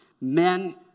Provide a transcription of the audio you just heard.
men